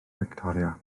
fictoria